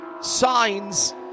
signs